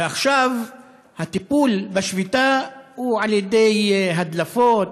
ועכשיו הטיפול בשביתה הוא על ידי הדלפות,